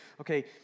okay